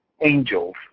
angels